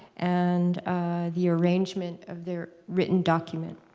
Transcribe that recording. and the arrangement of their written document.